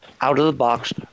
out-of-the-box